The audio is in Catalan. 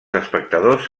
espectadors